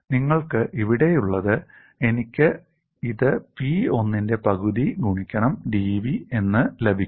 നിങ്ങൾക്ക് ഇവിടെയുള്ളത് എനിക്ക് ഇത് P1 ന്റെ പകുതി ഗുണിക്കണം dv എന്ന് ലഭിക്കുന്നു